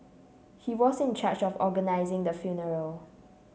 he was in charge of organising the funeral